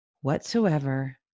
whatsoever